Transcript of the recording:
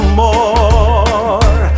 more